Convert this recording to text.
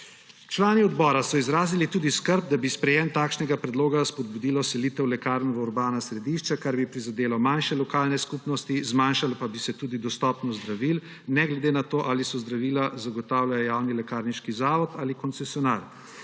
Člani odbora so izrazili tudi skrb, da bi sprejetje takšnega predloga spodbudilo selitev lekarn v urbana središča, kar bi prizadelo manjše lokalne skupnosti, zmanjšala pa bi se tudi dostopnost zdravil ne glede na to, ali zdravila zagotavlja javni lekarniški zavod ali koncesionar.